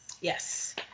yes